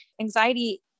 anxiety